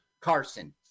Carson